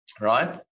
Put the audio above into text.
right